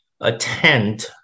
attend